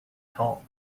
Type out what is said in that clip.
tall